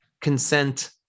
consent